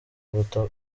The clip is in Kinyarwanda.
kuruta